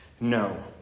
no